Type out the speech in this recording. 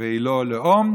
והיא לא לאום,